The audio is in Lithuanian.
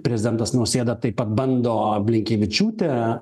prezidentas nausėda taip pat bando blinkevičiūtę